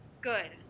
Good